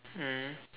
mm